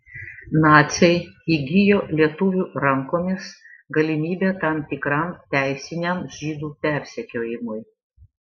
naciai įgijo lietuvių rankomis galimybę tam tikram teisiniam žydų persekiojimui